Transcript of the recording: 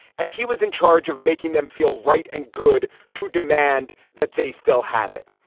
and he was in charge of making them feel right and good to demand that they still have it.